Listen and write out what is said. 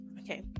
okay